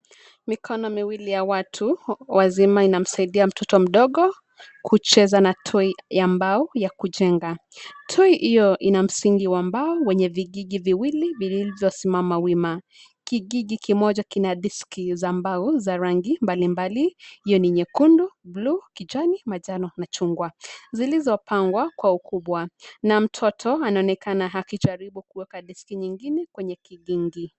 Mikono miwili ya watu wazima inamsaidia mtoto mdogo kucheza na toy ya mbao ya kujenga. Toy hiyo ina msingi wa mbao wenye vigingi viwili vilivyosimama wima. Kigingi kimoja kinadiski za mbao za rangi mbalimbali hiyo ni nyekundu, bluu, kijani, majano na chungwa zilizopangwa kwa ukubwa. Na mtoto anaonekana akijaribu kuweka diski nyingine kwenye kigingi.